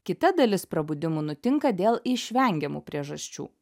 kita dalis prabudimų nutinka dėl išvengiamų priežasčių